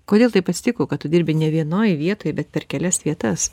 kodėl taip atsitiko kad tu dirbi ne vienoj vietoj bet per kelias vietas